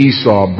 Esau